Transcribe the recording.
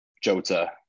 Jota